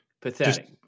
Pathetic